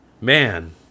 Man